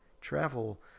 travel